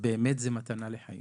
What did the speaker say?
באמת זו מתנה לחיים.